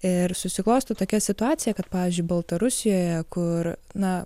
ir susiklosto tokia situacija kad pavyzdžiui baltarusijoje kur na